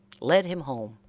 led him home,